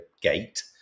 gate